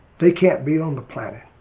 they can't be on the planet,